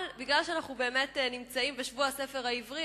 אבל בגלל שאנחנו בשבוע הספר העברי,